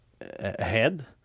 ahead